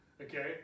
Okay